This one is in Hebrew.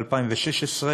ב-2016,